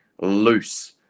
loose